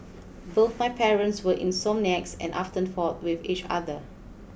both my parents were insomniacs and often fought with each other